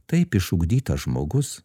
taip išugdytas žmogus